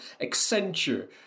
Accenture